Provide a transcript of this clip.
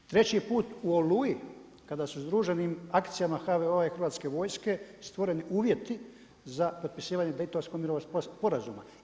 Treći put u Oluji kada su združenim akcijama HVO-a i Hrvatske vojske stvoreni uvjeti za potpisivanje Daytonskog mirovnog sporazuma.